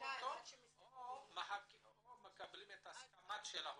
או מקבלים את הסכמת ההורים?